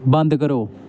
बंद करो